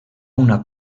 una